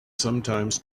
sometimes